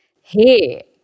hey